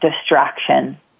distraction